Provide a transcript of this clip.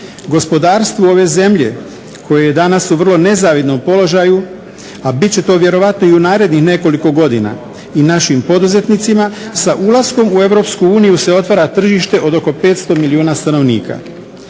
Gospodarstvo ove zemlje koje je danas u vrlo nezavidnom položaju, a bit će to vjerojatno i u narednih nekoliko godina i našim poduzetnicima, sa ulaskom u EU se otvara tržište od oko 500 milijuna stanovnika.